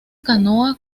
canoa